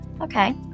Okay